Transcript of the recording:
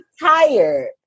tired